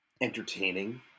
Entertaining